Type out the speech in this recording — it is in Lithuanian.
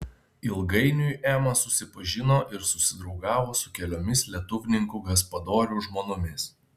ilgainiui ema susipažino ir susidraugavo su keliomis lietuvninkų gaspadorių žmonomis